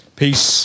Peace